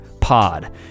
pod